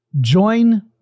join